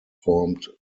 formed